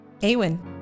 Awen